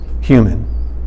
human